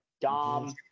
Dom